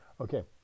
Okay